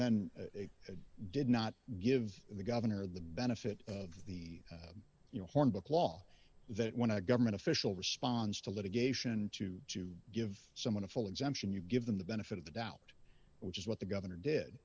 then they did not give the governor the benefit of the you know hornbook law that when a government official responds to litigation to give someone a full exemption you give them the benefit of the doubt which is what the governor did